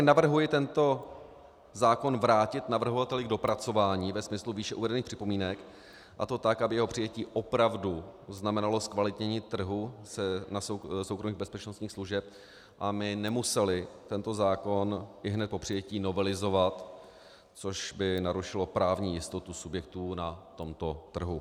Navrhuji tedy tento zákon vrátit navrhovateli k dopracování ve smyslu výše uvedených připomínek, a to tak, aby jeho přijetí opravdu znamenalo zkvalitnění trhu soukromých bezpečnostních služeb a my nemuseli tento zákon ihned po přijetí novelizovat, což by narušilo právní jistotu subjektů na tomto trhu.